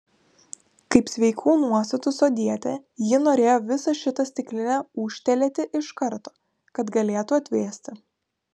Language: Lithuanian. kaip sveikų nuostatų sodietė ji norėjo visą šitą stiklinę ūžtelėti iš karto kad galėtų atvėsti